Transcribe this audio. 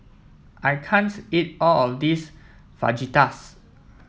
I can't eat all of this Fajitas